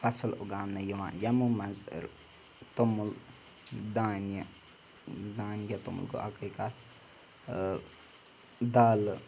فصٕل اُگاونہٕ یِوان یِمو منٛز توٚمُل دانہِ دانہِ یا توٚمُل گوٚو اَکٕے کَتھ دالہٕ